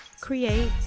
create